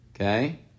okay